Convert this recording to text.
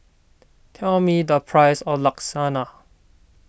tell me the price of Lasagna